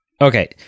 Okay